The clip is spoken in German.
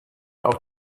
auch